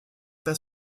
pas